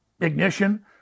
ignition